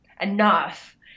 enough